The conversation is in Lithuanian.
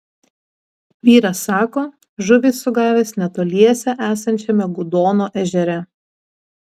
vyras sako žuvį sugavęs netoliese esančiame gudono ežere